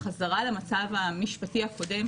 החזרה למצב המשפטי הקודם,